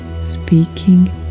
speaking